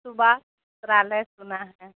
सुबास रामेट सुना है